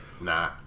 nah